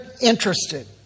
interested